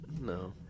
no